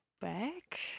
back